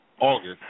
August